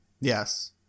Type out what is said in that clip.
Yes